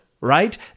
right